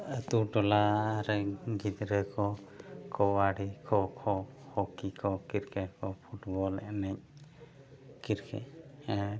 ᱟᱹᱛᱩ ᱴᱚᱞᱟ ᱨᱮᱱ ᱜᱤᱫᱽᱨᱟᱹ ᱠᱚ ᱠᱟᱵᱟᱰᱤ ᱠᱚ ᱠᱷᱳᱠᱷᱳ ᱠᱚ ᱦᱚᱠᱤ ᱠᱚ ᱠᱨᱤᱠᱮᱹᱴ ᱠᱚ ᱯᱷᱩᱴᱵᱚᱞ ᱮᱱᱮᱡ ᱠᱨᱤᱠᱮᱹᱴ ᱮᱱᱰ